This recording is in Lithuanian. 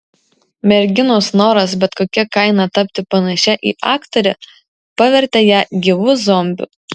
merginos noras bet kokia kaina tapti panašia į aktorę pavertė ją gyvu zombiu